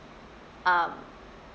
um